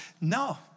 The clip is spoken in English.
no